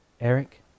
Eric